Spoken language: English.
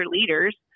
leaders